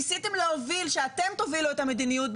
ניסיתם להוביל שאתם תובילו את המדיניות,